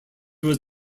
was